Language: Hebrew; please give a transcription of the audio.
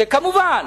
כמובן,